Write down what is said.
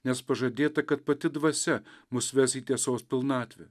nes pažadėta kad pati dvasia mus ves į tiesos pilnatvę